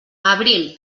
abril